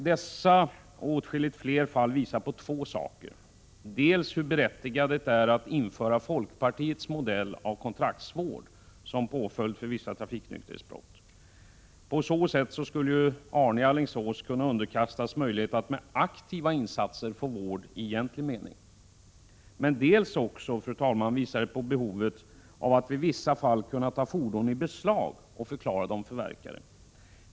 Dessa och åtskilligt flera fall visar två saker. För det första ser man hur berättigat det är att införa folkpartiets modell av kontraktsvård som påföljd vid vissa trafiknykterhetsbrott. På så sätt skulle man kunna ge Arne i Alingsås en möjlighet att med aktiva insatser få vård i egentlig mening. För det andra visar det, fru talman, behovet av att i vissa fall kunna ta fordon i beslag och förklara dem förverkade.